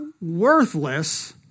worthless